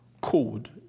code